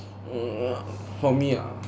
mm for me ah